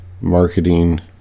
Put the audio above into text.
marketing